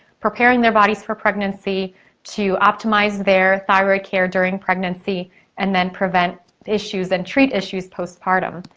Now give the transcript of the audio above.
preparing their bodies for pregnancy to optimize their thyroid care during pregnancy and then prevent issues and treat issues post-partum.